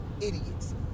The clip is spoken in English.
idiots